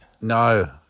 No